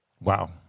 Wow